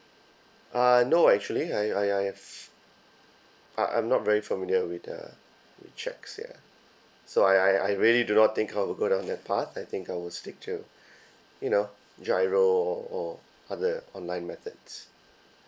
uh no actually I I I have uh I'm not very familiar with uh cheques yeah so I I I really do not think I would go down that path I think I will stick to you know giro or or other online methods